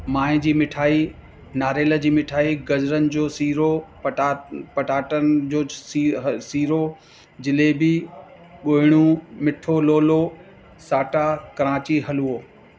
माए जी मिठाई नारेल जी मिठाई गजरनि जो सीरो पटा पटाटनि जो सी सीरो जलेबी गोइणु मिठो लोलो साटा कराची हलवो